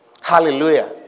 Hallelujah